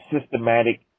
systematic